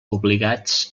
obligats